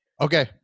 Okay